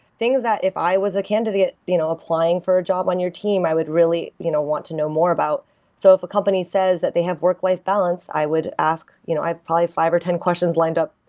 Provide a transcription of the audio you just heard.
things that if i was a candidate you know applying for a job on your team, i would really you know want to know more about so if a company says that they have work-life balance, i would ask you know i'd probably have five or ten questions lined up,